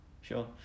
sure